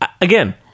Again